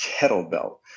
kettlebell